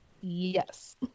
Yes